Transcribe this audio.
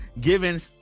given